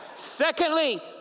Secondly